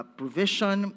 provision